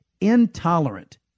intolerant